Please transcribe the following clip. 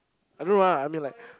I don't know lah I mean like